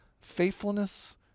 faithfulness